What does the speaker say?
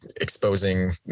exposing